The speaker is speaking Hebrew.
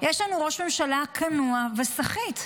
יש לנו ראש ממשלה כנוע וסחיט.